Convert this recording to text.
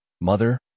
mother